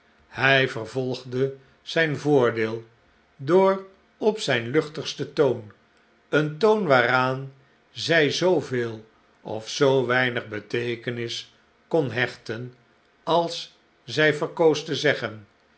hij vervolgde zijn voordeel door op zijn luchtigsten toon een toon waaraan zij zooveel of zoo weinig beteekenis kon hechten als zij verkoos te zeggen